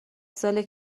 ساله